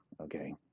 Okay